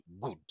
good